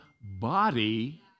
body